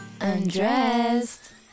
Undressed